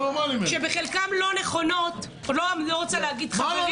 שבחלקן לא נכונות- -- מה לא נכון?